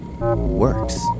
works